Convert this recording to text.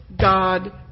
God